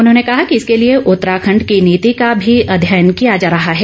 उन्होंने कहा कि इसके लिए उत्तराखंड की नीति का भी अध्ययन किया जा रहा है